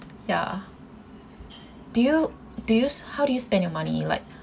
ya do you do you s~ how do you spend your money like